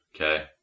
Okay